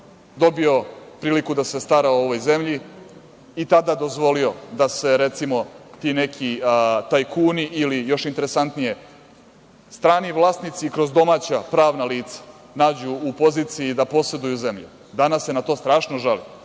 dobio priliku da se stara o ovoj zemlji i tada dozvolio da se, recimo, ti neki tajkuni ili, još interesantnije, strani vlasnici kroz domaća pravna lica nađu u poziciji da poseduju zemlju. Danas se na to strašno žale,